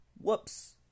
Whoops